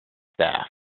staff